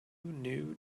knew